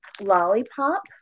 lollipop